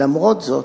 למרות זאת,